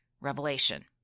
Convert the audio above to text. revelation